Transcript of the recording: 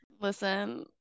listen